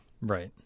Right